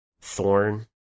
Thorn